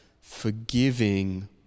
forgiving